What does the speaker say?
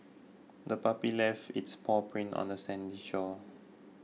the puppy left its paw prints on the sandy shore